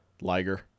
Liger